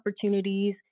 opportunities